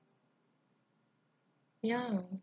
ya